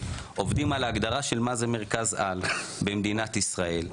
עובדים על ההגדרה של מה זה מרכז-על במדינת ישראל,